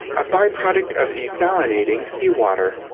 a byproduct of desalinating seawater.